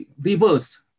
reverse